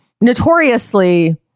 notoriously